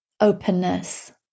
openness